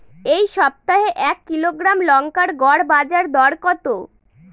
এই সপ্তাহে এক কিলোগ্রাম লঙ্কার গড় বাজার দর কত?